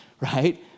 right